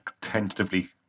tentatively